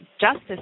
justice